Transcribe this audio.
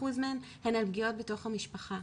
הן על פגיעות בתוך המשפחה.